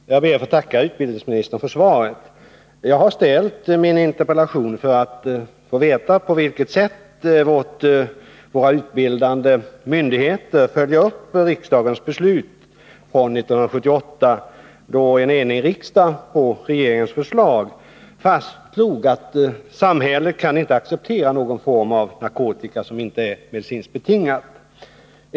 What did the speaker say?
Herr talman! Jag ber att få tacka utbildningsministern för svaret. Jag har framställt min interpellation för att få veta på vilket sätt våra utbildande myndigheter följer upp riksdagens beslut från 1978, då en enig riksdag på regeringens förslag fastslog att samhället inte kan acceptera någon form av narkotika som inte är medicinskt betingad.